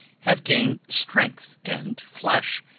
have gained strength and flesh,